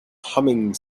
humming